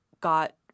got